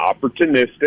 opportunistic